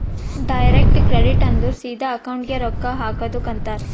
direct credit ಅಂದುರ್ ಸಿದಾ ಅಕೌಂಟ್ಗೆ ರೊಕ್ಕಾ ಹಾಕದುಕ್ ಅಂತಾರ್